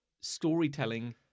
storytelling